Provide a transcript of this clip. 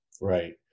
Right